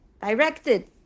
directed